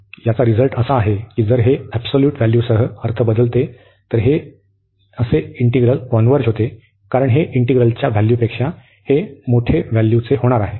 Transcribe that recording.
तर याचा रिझल्ट असा आहे की जर हे एबसोल्यूट व्हॅल्यूसह अर्थ बदलते तर हे असे इंटिग्रल कॉन्व्हर्ज होते कारण हे इंटिग्रलच्या व्हॅल्यूपेक्षा हे मोठे व्हॅल्यूचे होणार आहे